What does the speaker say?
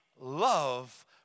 love